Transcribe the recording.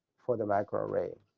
for the microarray.